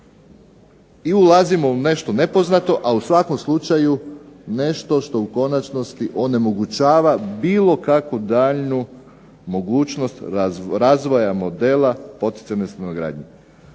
i ulazimo u nešto nepoznato, a u svakom slučaju nešto što u konačnosti onemogućava bilo kakvu daljnju mogućnost razvoja modela poticajne stanogradnje.